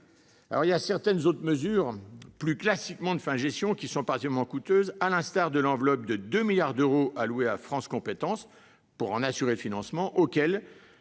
Parlement. Certaines autres mesures plus classiques de fin de gestion sont particulièrement coûteuses, à l'instar de l'enveloppe de 2 milliards d'euros alloués à France compétences pour assurer son financement, auquel